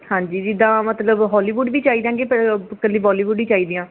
ਹਾਂਜੀ ਜਿੱਦਾਂ ਮਤਲਬ ਹੋਲੀਵੁੱਡ ਵੀ ਚਾਹੀਦਾਂ ਕਿ ਕੱਲੀ ਬੋਲੀਵੁੱਡ ਹੀ ਚਾਹੀਦੀਆਂ